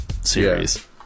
series